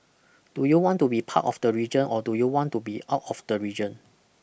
do you want to be part of the region or do you want to be out of the region